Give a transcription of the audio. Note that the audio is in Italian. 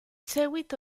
seguito